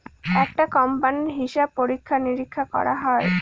একটা কোম্পানির হিসাব পরীক্ষা নিরীক্ষা করা হয়